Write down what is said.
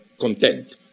content